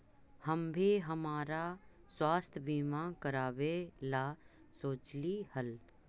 हम भी हमरा स्वास्थ्य बीमा करावे ला सोचली हल